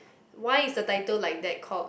why is the title like that called